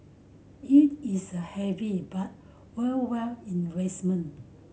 it is the heavy but worthwhile investment